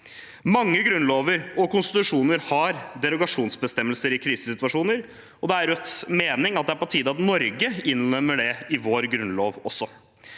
Mange grunnlover og konstitusjoner har derogasjonsbestemmelser i krisesituasjoner, og det er Rødts mening at det er på tide at Norge innlemmer det i vår grunnlov også.